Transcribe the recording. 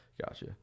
Gotcha